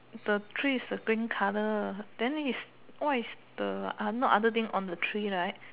the tree is a green colour then is what is the not other thing on the tree right